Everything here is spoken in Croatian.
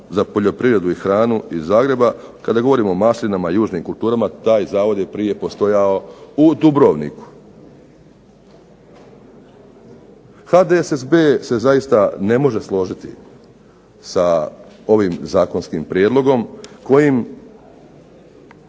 za poljoprivredu i hranu iz Zagreba. Kada govorimo o maslinama i južnim kulturama taj Zavod je prije postojao u Dubrovniku. HDSSB se zaista ne može složiti sa ovim zakonskim prijedlogom kojim